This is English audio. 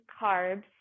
carbs